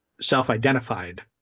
self-identified